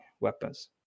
weapons